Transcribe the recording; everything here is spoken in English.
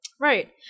Right